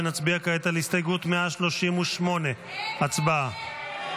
ונצביע כעת על הסתייגות 138. הצבעה.